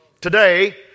Today